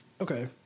Okay